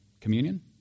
communion